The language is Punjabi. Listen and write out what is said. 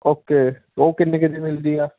ਓਕੇ ਉਹ ਕਿੰਨੀ ਕੁ ਦੀ ਮਿਲਦੀ ਆ